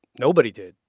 nobody did.